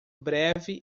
breve